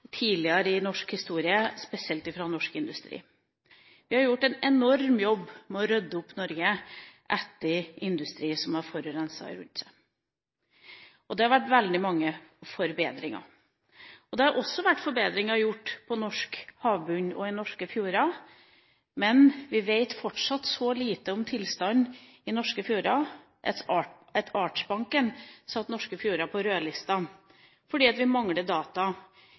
en enorm jobb i Norge med å rydde opp etter industri som har forurenset rundt seg. Det har vært gjort veldig mange forbedringer. Det har også vært gjort forbedringer på norsk havbunn og i norske fjorder, men vi vet fortsatt så lite om tilstanden i norske fjorder at Artsdatabanken satte norske fjorder på rødlista, fordi vi mangler data.